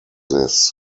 this